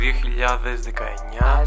2019